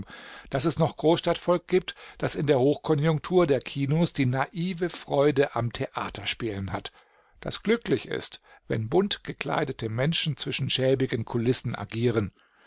daß es noch großstadtvolk gibt das in der hochkonjunktur der kinos die naive freude am theaterspielen hat das glücklich ist wenn buntgekleidete menschen zwischen schäbigen kulissen agieren